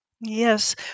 Yes